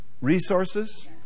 resources